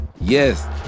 Yes